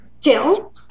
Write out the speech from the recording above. Jill